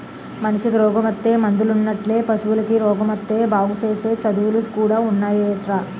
మనిసికి రోగమొత్తే మందులున్నట్లే పశువులకి రోగమొత్తే బాగుసేసే సదువులు కూడా ఉన్నాయటరా